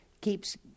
keeps